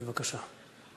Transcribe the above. בבקשה.